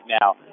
now